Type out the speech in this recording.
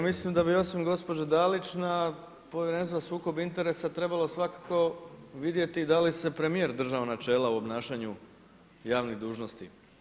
Pa, ja mislim da bi osim gospođe Dalić na Povjerenstvo za sukob interesa trebalo svakako vidjeti da li se premijer držao načela u obnašanju javnih dužnosti.